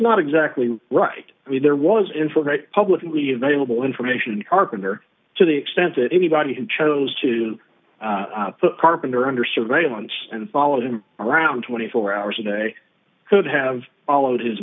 not exactly right there was information publicly available information carpenter to the extent that anybody who chose to put carpenter under surveillance and follow him around twenty four hours a day could have followed his